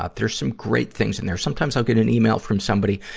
ah there's some great things in there. sometimes, i'll get an email from somebody,